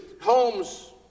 Homes